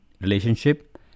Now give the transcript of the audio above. Relationship